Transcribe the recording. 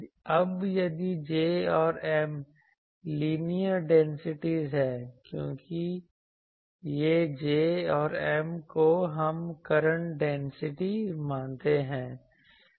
अब यदि J और M लीनियर डेंसिटी हैं क्योंकि ये J और M को हम करंट डेंसिटी मानते हैं